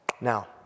Now